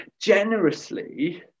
generously